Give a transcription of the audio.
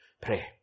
pray